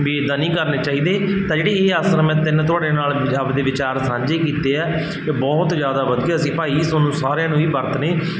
ਬਈ ਇੱਦਾਂ ਨਹੀਂ ਕਰਨੇ ਚਾਹੀਦੇ ਤਾਂ ਜਿਹੜੀ ਇਹ ਆਸਣ ਮੈਂ ਤਿੰਨ ਤੁਹਾਡੇ ਨਾਲ ਆਪਦੇ ਵਿਚਾਰ ਸਾਂਝੇ ਕੀਤੇ ਆ ਇਹ ਬਹੁਤ ਜ਼ਿਆਦਾ ਵਧੀਆ ਸੀ ਭਾਈ ਤੁਹਾਨੂੰ ਸਾਰਿਆਂ ਨੂੰ ਹੀ ਵਰਤਣੇ